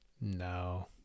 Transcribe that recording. No